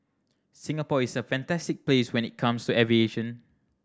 Singapore is a fantastic place when it comes to aviation